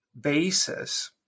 basis